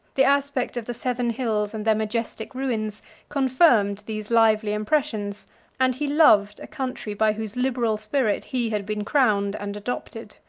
the aspect of the seven hills and their majestic ruins confirmed these lively impressions and he loved a country by whose liberal spirit he had been crowned and adopted.